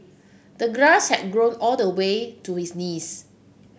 the grass had grown all the way to his knees